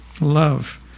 love